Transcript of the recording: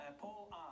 Paul